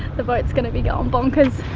the boats gonna be going bonkers